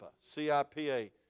C-I-P-A